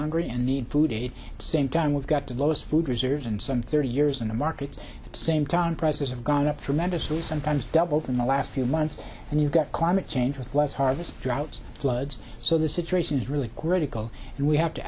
hungry and need food aid same time we've got to those food reserves and some thirty years in the markets that same town prices have gone up tremendously sometimes doubled in the last few months and you've got climate change with less harvest droughts floods so the situation is really great equal and we have to